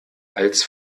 als